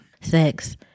sex